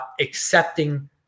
accepting